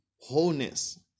wholeness